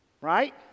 Right